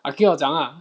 aqil 有讲啊